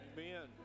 Amen